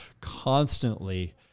constantly